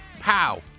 Pow